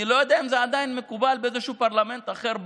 אני לא יודע אם זה עדיין מקובל באיזשהו פרלמנט אחר בעולם.